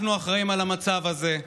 אנחנו אחראים על המצב הזה,